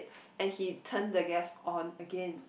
and he turn the gas on again